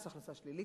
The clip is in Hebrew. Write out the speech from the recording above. מס הכנסה שלילי,